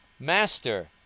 Master